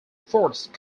forced